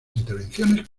intervenciones